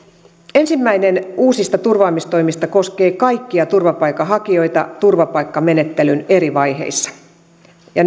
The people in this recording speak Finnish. ensimmäinen uusista turvaamistoimista koskee kaikkia turvapaikanhakijoita turvapaikkamenettelyn eri vaiheissa ja